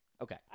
Okay